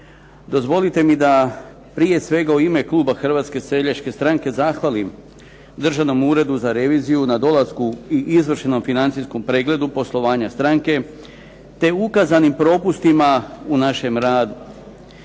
Dozvolite mi da prije svega u ime kluba Hrvatske seljačke stranke zahvalim Državnom uredu za reviziju na dolasku i izvršenom financijskom pregledu poslovanja stranke, te ukazanim propustima u našem radu.